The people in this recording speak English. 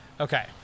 Okay